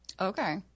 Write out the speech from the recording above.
Okay